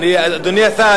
אדוני השר,